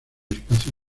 espacio